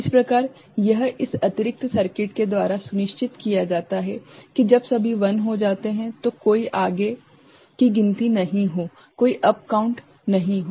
इस प्रकार यह इस अतिरिक्त सर्किट के द्वारा सुनिश्चित किया जाता है कि जब सभी 1 हो जाते हैं तो कोई आगे की गिनती नहीं हो कोई अप काउंट नहीं हो